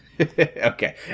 okay